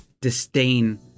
disdain